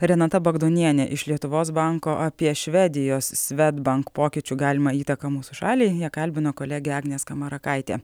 renata bagdonienė iš lietuvos banko apie švedijos svedbank pokyčių galimą įtaką mūsų šaliai ją kalbino kolegė agnė skamarakaitė